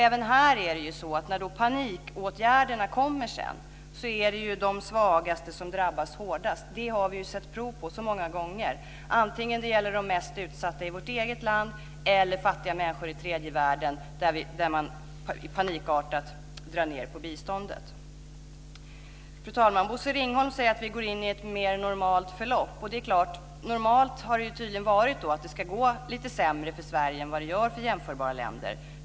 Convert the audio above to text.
Även här är det ju så att när panikåtgärderna sedan kommer är det de svagaste som drabbas hårdast. Det har vi sett prov på så många gånger - antingen det gäller de mest utsatta i vårt eget land eller fattiga människor i tredje världen när man panikartat drar ned på biståndet. Fru talman! Bosse Ringholm säger att vi går in i ett mer normalt förlopp. Och det är klart; normalt har ju tydligen varit att det ska gå lite sämre för Sverige än det gör för jämförbara länder.